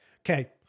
Okay